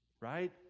Right